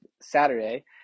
Saturday